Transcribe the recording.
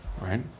Right